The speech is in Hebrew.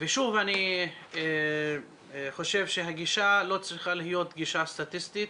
ושוב אני חושב שהגישה לא צריכה להיות גישה סטטיסטית,